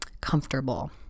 comfortable